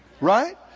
Right